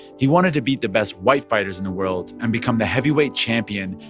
he wanted to beat the best white fighters in the world and become the heavyweight champion,